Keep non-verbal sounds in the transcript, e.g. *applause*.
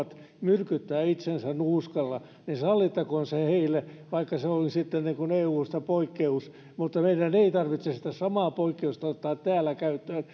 ruotsalaiset haluavat myrkyttää itsensä nuuskalla niin sallittakoon se heille vaikka se on sitten eusta poikkeus mutta meidän ei tarvitse sitä samaa poikkeusta ottaa täällä käyttöön *unintelligible*